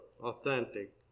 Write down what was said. authentic